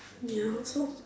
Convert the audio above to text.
ya so